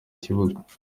kibuga